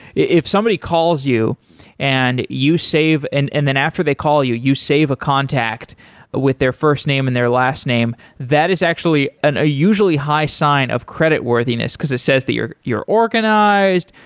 if somebody calls you and you save and and then after they call you, you save a contact with their first name and their last name, that is actually a usually high sign of creditworthiness, because it says the you're you're organized,